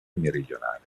meridionale